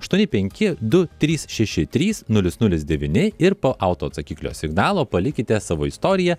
aštuoni penki du trys šeši trys nulis nulis devyni ir po autoatsakiklio signalo palikite savo istoriją